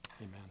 Amen